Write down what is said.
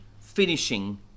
finishing